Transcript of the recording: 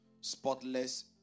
spotless